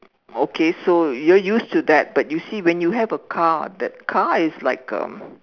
okay so you're used to that but you see when you have a car that car is like um